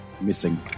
Missing